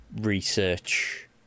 research